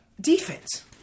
defense